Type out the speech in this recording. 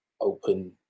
open